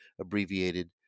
abbreviated